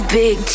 big